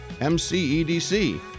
MCEDC